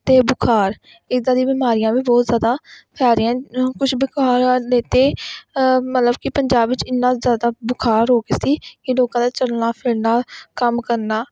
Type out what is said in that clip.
ਅਤੇ ਬੁਖਾਰ ਇੱਦਾਂ ਦੀਆਂ ਬਿਮਾਰੀਆਂ ਵੀ ਬਹੁਤ ਜ਼ਿਆਦਾ ਫੈਲ ਰਹੀਆਂ ਕੁਛ ਬੁਖ਼ਾਰਾਂ ਨੇ ਅਤੇ ਮਤਲਬ ਕਿ ਪੰਜਾਬ ਵਿੱਚ ਇੰਨਾ ਜ਼ਿਆਦਾ ਬੁਖ਼ਾਰ ਹੋ ਗਏ ਸੀ ਕਿ ਲੋਕਾਂ ਦਾ ਚੱਲਣਾ ਫਿਰਨਾ ਕੰਮ ਕਰਨਾ